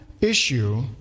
issue